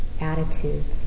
attitudes